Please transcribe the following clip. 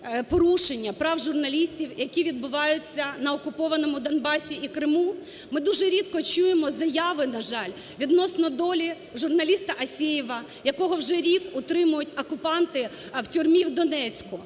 порушення прав журналістів, які відбуваються на окупованому Донбасі і Криму. Ми дуже рідко чуємо заяви, на жаль, відносно долі журналіста Асєєва, якого вже рік утримують окупанти у тюрмі в Донецьку.